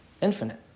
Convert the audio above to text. infinite